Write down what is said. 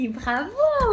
bravo